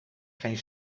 geen